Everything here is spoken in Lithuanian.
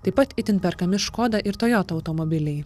taip pat itin perkami škoda ir tojota automobiliai